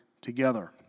together